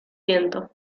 viento